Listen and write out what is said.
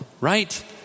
right